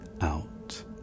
out